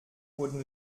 wurden